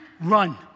run